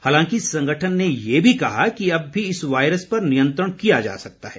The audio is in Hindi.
हालांकि संगठन ने यह भी कहा कि अब भी इस वायरस पर नियंत्रण किया जा सकता है